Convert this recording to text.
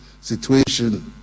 situation